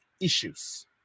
issues